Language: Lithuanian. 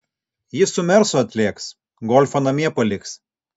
jis su mersu atlėks golfą namie paliks